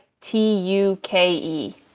T-U-K-E